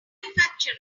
manufacturer